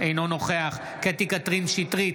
אינו נוכח קטי קטרין שטרית,